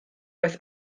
roedd